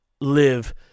live